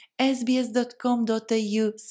sbs.com.au